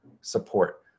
support